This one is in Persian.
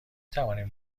توانیم